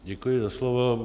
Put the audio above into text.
Děkuji za slovo.